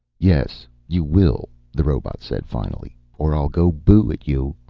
yes, you will, the robot said finally, or i'll go boo at you.